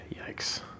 Yikes